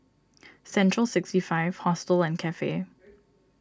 Central sixty five Hostel and Cafe